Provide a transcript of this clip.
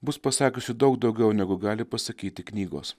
bus pasakiusi daug daugiau negu gali pasakyti knygos